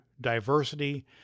diversity